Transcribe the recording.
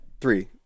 Three